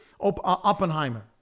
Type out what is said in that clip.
Oppenheimer